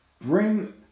bring